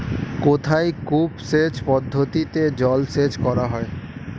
কোথায় কূপ সেচ পদ্ধতিতে জলসেচ করা হয়?